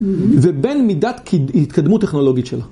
ובין מידת התקדמות טכנולוגית שלה.